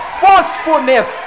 forcefulness